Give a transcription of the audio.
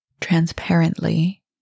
transparently